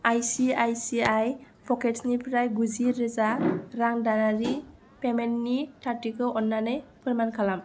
ICICI पकेट्सनिफ्राय गुजिरोजा रां दानारि पेमेन्टनि थारथि'खौ अन्नानै फोरमान खालाम